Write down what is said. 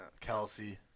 Kelsey